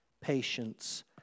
patience